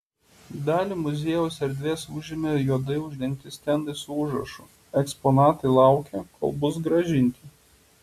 dalį muziejaus erdvės užima juodai uždengti stendai su užrašu eksponatai laukia kol bus grąžinti